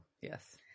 yes